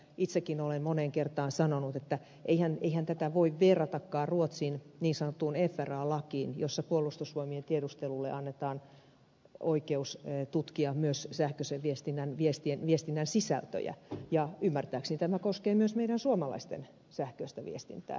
itsekin olen moneen kertaan sanonut että eihän tätä voi verratakaan ruotsin niin sanottuun fra lakiin jossa puolustusvoimien tiedustelulle annetaan oikeus tutkia myös sähköisen viestinnän sisältöjä ja ymmärtääkseni tämä koskee myös meidän suomalaisten sähköistä viestintää